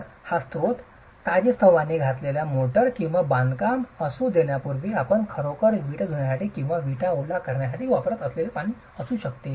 तर एक स्त्रोत ताजेतवाने घातलेला मोर्टर किंवा बांधकाम असू देण्यापूर्वी आपण खरोखर विटा धुण्यासाठी किंवा विटा ओला करण्यासाठी वापरत असलेले पाणी असू शकते